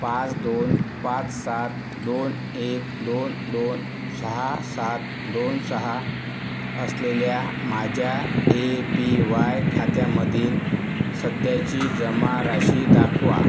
पाच दोन पाच सात दोन एक दोन दोन सहा सात दोन सहा असलेल्या माझ्या ए पी वाय खात्यामधील सध्याची जमाराशी दाखवा